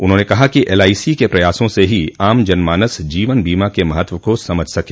उन्होंने कहा कि एलआईसी के प्रयासों से ही आम जनमानस जीवन बीमा के महत्व को समझ सके